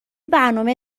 برنامه